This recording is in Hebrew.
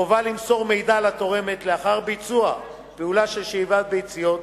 חובה למסור לתורמת מידע לאחר ביצוע פעולה של שאיבת ביציות,